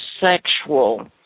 sexual